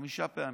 חמש פעמים.